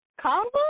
combo